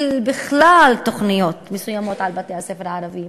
בכלל תוכניות מסוימות על בתי-הספר הערביים.